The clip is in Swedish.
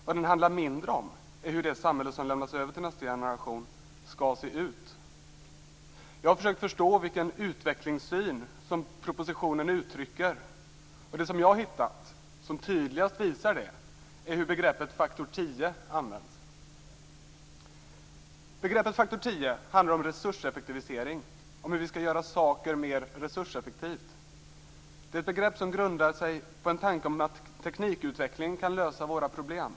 Vad den handlar mindre om är hur det samhälle som lämnas över till nästa generation skall se ut. Jag har försökt att förstå vilken utvecklingssyn som propositionen uttrycker, och det som jag har hittat som tydligast visar detta är hur begreppet faktor 10 används. Begreppet faktor 10 handlar om resurseffektivisering, om hur vi skall göra saker mer resurseffektivt. Det är ett begrepp som grundar sig på en tanke om att teknikutveckling kan lösa våra problem.